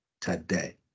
today